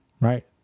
right